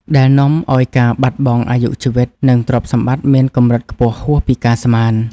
ដែលនាំឱ្យការបាត់បង់អាយុជីវិត និងទ្រព្យសម្បត្តិមានកម្រិតខ្ពស់ហួសពីការស្មាន។